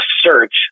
search